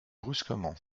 brusquement